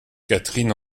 catherine